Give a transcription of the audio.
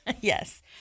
Yes